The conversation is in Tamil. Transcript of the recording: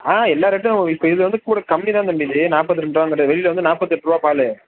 ஆ எல்லா ரேட்லேயும் இப்போ இது வந்து கூட கம்மி தான் தம்பி இது நாற்பத்தி ரெண்டு ரூபாங்கறது வெளியில் வந்து நாற்பத்தெட்டு ரூபா பால்